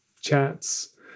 chats